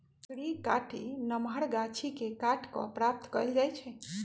लकड़ी काठी नमहर गाछि के काट कऽ प्राप्त कएल जाइ छइ